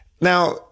Now